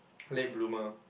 late bloomer